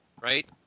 right